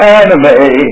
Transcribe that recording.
anime